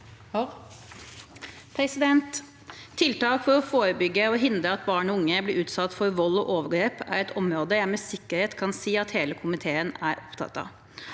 sa- ken): Tiltak for å forebygge og hindre at barn og unge blir utsatt for vold og overgrep, er et område jeg med sikkerhet kan si at hele komiteen er opptatt av.